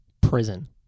Prison